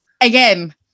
Again